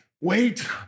Wait